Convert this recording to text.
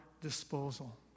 disposal